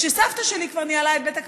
וכשסבתא שלי כבר ניהלה את בית הקפה,